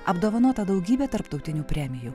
apdovanota daugybe tarptautinių premijų